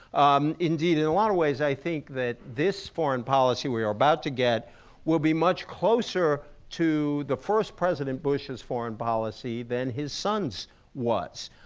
um indeed, in a lot of ways i think that this foreign policy we are about to get will be much closer to the first president bush's foreign policy than his son's was.